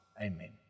Amen